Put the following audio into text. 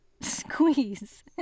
squeeze